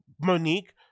Monique